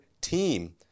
team